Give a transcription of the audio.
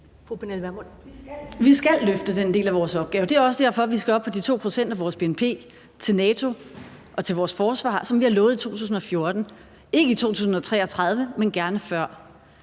Vi skal løfte den del af vores opgave. Det er også derfor, vi skal op på de 2 pct. af vores bnp til NATO og til vores forsvar – som vi har lovet det i 2014 – ikke i 2033, men gerne før.